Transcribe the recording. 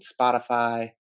Spotify